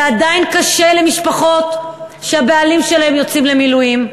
זה עדיין קשה למשפחות שהבעלים שלהן יוצאים למילואים.